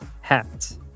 hat